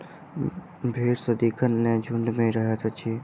भेंड़ सदिखन नै झुंड मे रहैत अछि